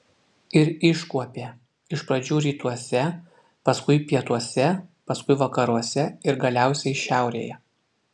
ir iškuopė iš pradžių rytuose paskui pietuose paskui vakaruose ir galiausiai šiaurėje